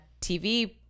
TV